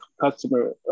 customer